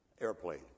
airplane